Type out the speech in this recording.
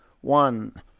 One